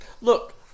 Look